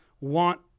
want